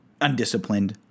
undisciplined